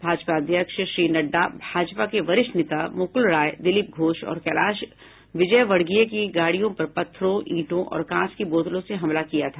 भाजपा अध्यक्ष श्री नड्डा भाजपा के वरिष्ठ नेता मुकुल रॉय दिलीप घोष और कैलाश विजयवर्गीय की गाड़ियों पर पत्थरों ईंटों और कांच की बोतलों से हमला किया गया था